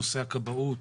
נושא הכבאות,